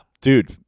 dude